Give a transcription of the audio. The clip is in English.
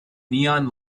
neon